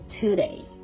today